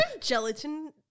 gelatin